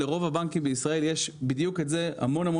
לרוב הבנקים בישראל יש בדיוק את זה המון-המון